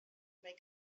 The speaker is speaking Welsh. mae